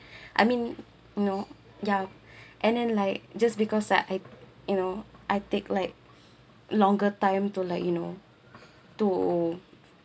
I mean no ya and then like just because ah I you know I take like longer time to like you know to